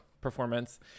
performance